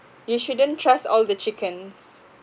you shouldn't trust all the chickens